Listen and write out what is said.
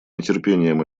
нетерпением